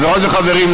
חברות וחברים,